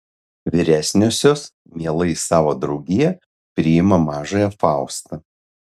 vyresniosios mielai į savo draugiją priima mažąją faustą